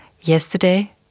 Yesterday